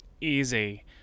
easy